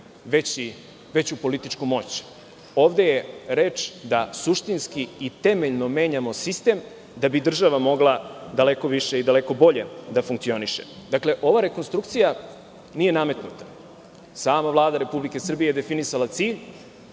veću političku moć. Ovde je reč da suštinski i temeljno menjamo sistem da bi država mogla daleko više i daleko bolje da funkcioniše. Dakle, ova rekonstrukcija nije nametnuta. Sama Vlada Republike Srbije je definisala cilj,